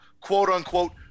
quote-unquote